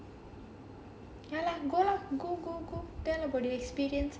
well like go lah go go go then nobody experience some more